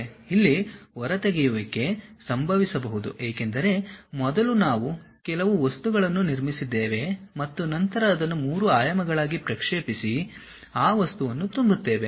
ಇಲ್ಲಿ ಹೊರತೆಗೆಯುವಿಕೆ ಸಂಭವಿಸಬಹುದು ಏಕೆಂದರೆ ಮೊದಲು ನಾವು ಕೆಲವು ವಸ್ತುವನ್ನು ನಿರ್ಮಿಸಿದ್ದೇವೆ ಮತ್ತು ನಂತರ ಅದನ್ನು 3 ಆಯಾಮಗಳಾಗಿ ಪ್ರಕ್ಷೇಪಿಸಿ ಆ ವಸ್ತುವನ್ನು ತುಂಬುತ್ತೇವೆ